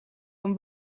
een